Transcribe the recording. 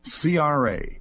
CRA